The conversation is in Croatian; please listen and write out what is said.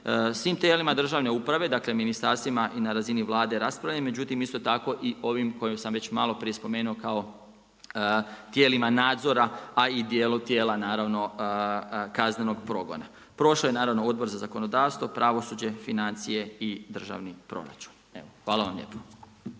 svim tijelima državne uprave, dakle, ministarstvima i na razini Vlade raspravljen. Međutim, isto tako i ovim kojim sam već maloprije spomenuo kao tijelima nadzornim a i dijelu tijela naravno kaznenog progona. Prošlo je naravno Odbor za zakonodavstvo, pravosuđe, financije i državni proračun. Hvala vam lijepo.